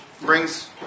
brings